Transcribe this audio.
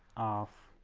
of